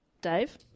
Dave